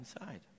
inside